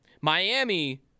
Miami